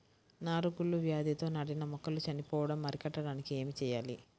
నారు కుళ్ళు వ్యాధితో నాటిన మొక్కలు చనిపోవడం అరికట్టడానికి ఏమి చేయాలి?